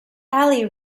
ali